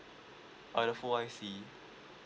uh the full I_C